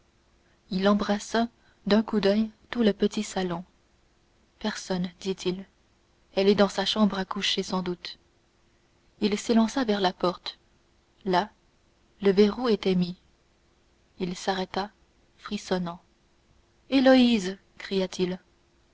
il embrassa d'un coup d'oeil tout le petit salon personne dit-il elle est dans sa chambre à coucher sans doute il s'élança vers la porte là le verrou était mis il s'arrêta frissonnant héloïse cria-t-il